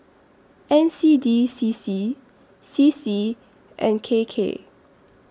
N C D C C C C and K K